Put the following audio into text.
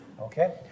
okay